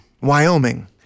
Wyoming